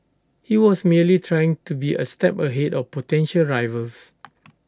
he was merely trying to be A step ahead of potential rivals